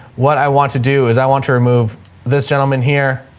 what i want to do is i want to remove this gentleman here,